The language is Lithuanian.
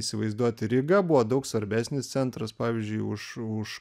įsivaizduoti ryga buvo daug svarbesnis centras pavyzdžiui už už